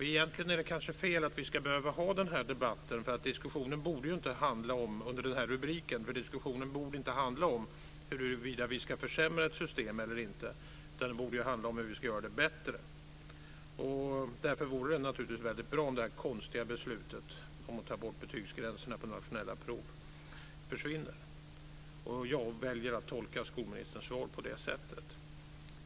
Egentligen är det kanske fel att debatten har denna rubrik, för diskussionen borde inte handla om huruvida vi ska försämra ett system eller inte. Den borde handla om hur vi ska göra det bättre. Därför vore det väldigt bra om det konstiga beslutet att ta bort betygsgränserna på nationella prov försvinner. Jag väljer att tolka skolministerns svar på det sättet.